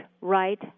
right